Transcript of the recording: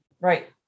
Right